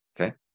okay